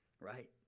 Right